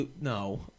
no